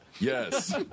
Yes